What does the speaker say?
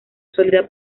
sólida